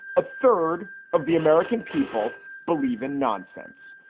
a third of the american people believe in nonsense.